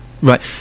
Right